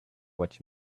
what